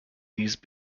these